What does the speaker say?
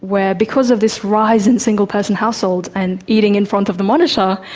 where because of this rise in single-person households and eating in front of the monitor,